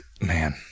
Man